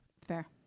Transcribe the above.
Fair